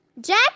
Jack